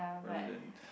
rather than